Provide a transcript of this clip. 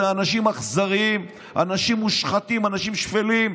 זה אנשים אכזריים, אנשים מושחתים, אנשים שפלים,